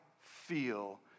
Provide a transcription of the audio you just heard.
feel